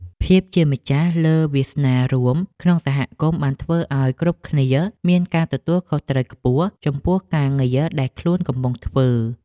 ភាពជាម្ចាស់លើវាសនារួមក្នុងសហគមន៍បានធ្វើឱ្យគ្រប់គ្នាមានការទទួលខុសត្រូវខ្ពស់ចំពោះការងារដែលខ្លួនកំពុងធ្វើ។